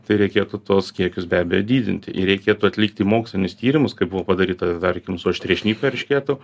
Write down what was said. tai reikėtų tuos kiekius be abejo didinti ir reikėtų atlikti mokslinius tyrimus kaip buvo padaryta tarkim su aštriašnipiu eršketu